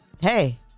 Hey